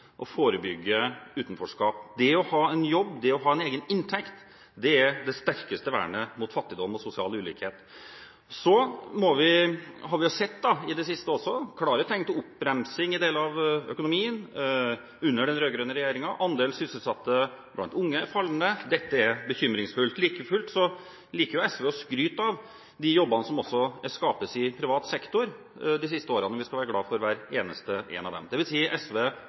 og forebygger utenforskap. Det å ha en jobb – det å ha en egen inntekt – er det sterkeste vernet mot fattigdom og sosial ulikhet. Så har vi i det siste sett klare tegn til oppbremsing i deler av økonomien under den rød-grønne regjeringen. Andelen sysselsatte blant unge er fallende. Dette er bekymringsfullt. Like fullt liker jo SV å skryte av de jobbene som også er skapt i privat sektor de siste årene, og vi skal være glad for hver eneste én av dem. Det vil si, SV passer på å skryte av